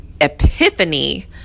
epiphany